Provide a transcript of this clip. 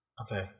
Okay